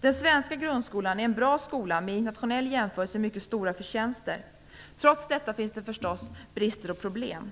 Den svenska grundskolan är en bra skola med, vid en internationell jämförelse, mycket stora förtjänster. Trots detta finns det förstås brister och problem.